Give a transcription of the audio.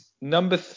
number